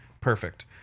Perfect